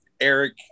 eric